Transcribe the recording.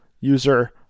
user